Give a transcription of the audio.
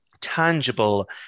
tangible